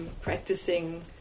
practicing